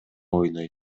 ойнойт